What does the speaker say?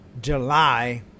july